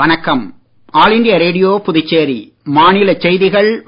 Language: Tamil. வணக்கம் ஆல் இண்டியா ரேடியோ புதுச்சேரி மாநிலச் செய்திகள் வாசிப்பவர்